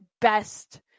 best